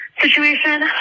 situation